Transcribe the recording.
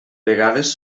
vegades